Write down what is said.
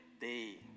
day